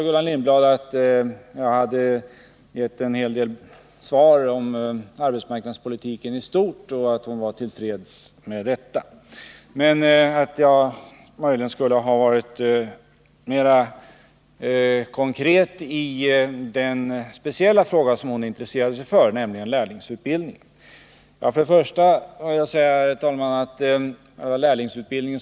Gullan Lindblad sade att jag i mitt svar hade behandlat arbetsmarknadspolitiken i stort och att hon i och för sig var till freds med detta, men att jag borde ha varit mera konkret när det gäller den speciella fråga som hon intresserat sig för, nämligen frågan om lärlingsutbildningen.